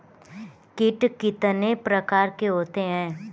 कीट कितने प्रकार के होते हैं?